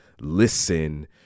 listen